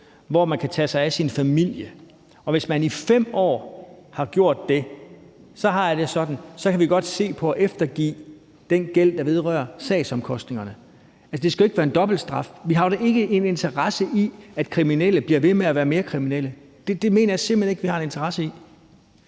hvor man kan tage sig af sin familie. Og hvis man i 5 år har gjort det, har jeg det sådan, at så kan vi godt se på at eftergive den gæld, der vedrører sagsomkostningerne. Altså, det skal jo ikke være en dobbelt straf. Vi har ikke en interesse i, at kriminelle bliver ved med at være mere kriminelle. Det mener jeg simpelt hen ikke vi har en interesse i.